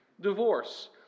divorce